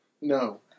No